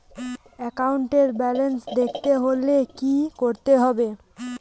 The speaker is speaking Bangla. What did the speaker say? একাউন্টের ব্যালান্স দেখতে হলে কি করতে হবে?